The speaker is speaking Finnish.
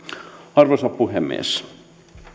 arvoisa puhemies